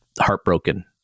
heartbroken